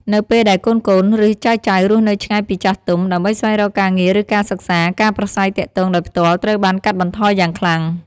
នៅពេលដែលកូនៗ ឬចៅៗរស់នៅឆ្ងាយពីចាស់ទុំ ដើម្បីស្វែងរកការងារឬការសិក្សា ការប្រាស្រ័យទាក់ទងដោយផ្ទាល់ត្រូវបានកាត់បន្ថយយ៉ាងខ្លាំង។